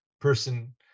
person